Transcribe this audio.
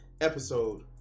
episode